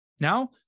Now